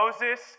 Moses